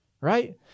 Right